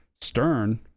Stern